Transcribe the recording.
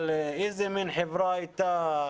אבל איזה מין חברה הייתה?